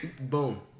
Boom